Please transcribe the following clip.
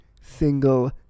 single